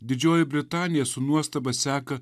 didžioji britanija su nuostaba seka